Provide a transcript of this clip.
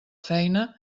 feina